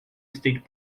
state